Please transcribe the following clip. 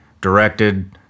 directed